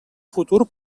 futur